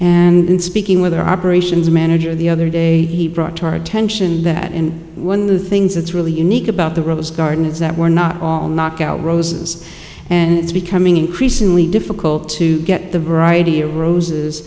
in speaking with our operations manager the other day he brought to our attention that and one of the things that's really in the rose garden is that we're not all knockout roses and it's becoming increasingly difficult to get the variety of roses